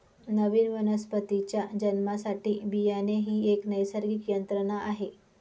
नवीन वनस्पतीच्या जन्मासाठी बियाणे ही एक नैसर्गिक यंत्रणा आहे